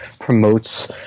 promotes